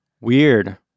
Weird